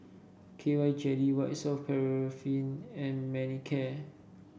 K Y Jelly White Soft Paraffin and Manicare